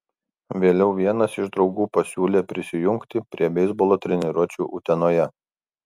vėliau vienas iš draugų pasiūlė prisijungti prie beisbolo treniruočių utenoje